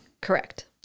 Correct